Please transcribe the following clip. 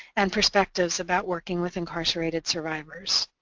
and perspectives about working with incarcerated survivors.